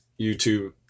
YouTube